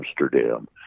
Amsterdam